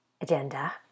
agenda